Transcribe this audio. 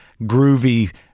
groovy